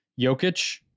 Jokic